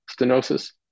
stenosis